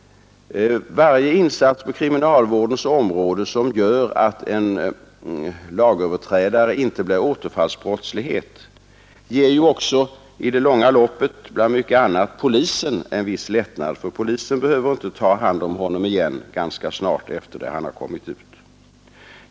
Varje insats på kriminalvårdens område som gör att en lagöverträdare inte blir återfallsförbrytare ger också i det långa loppet bland mycket annat polisen en viss lättnad. Polisen behöver ju inte ganska snart ta hand om honom igen.